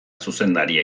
zuzendaria